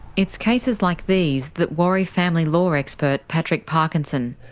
it's cases like these that worry family law expert patrick parkinson.